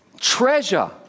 Treasure